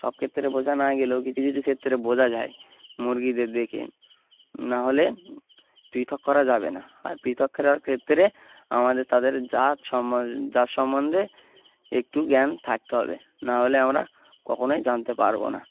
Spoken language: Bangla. সব ক্ষেত্রে বোঝা না গেলেও কিছু কিছু ক্ষেত্রে বোঝা যায় মুরগিদের দেখে নাহলে পৃথক করা যাবে না আর পৃথক করার ক্ষেত্রে আমাদের তাদের জাত সম জাত সম্বন্ধে একটু জ্ঞান থাকতে হবে নাহলে আমরা কখনোই জানতে পারবো না